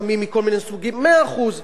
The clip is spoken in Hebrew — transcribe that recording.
מאה אחוז, קחו על זה מע"מ.